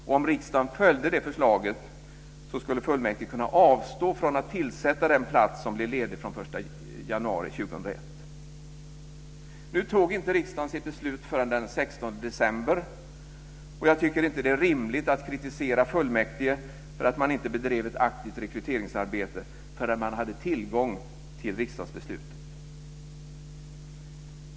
Om riksdagen följde det förslaget skulle fullmäktige kunna avstå från att tillsätta den plats som blev ledig från den 1 januari 2001. Nu tog inte riksdagen sitt beslut förrän den 16 december. Jag tycker inte att det är rimligt att kritisera fullmäktige för att man inte bedrev ett aktivt rekryteringsarbete förrän man hade tillgång till riksdagsbeslutet.